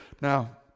Now